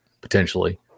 potentially